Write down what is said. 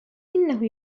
إنه